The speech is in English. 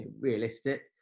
realistic